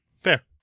Fair